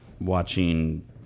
watching